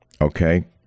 Okay